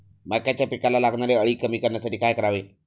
मक्याच्या पिकाला लागणारी अळी कमी करण्यासाठी काय करावे?